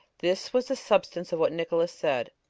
this was the substance of what nicolaus said.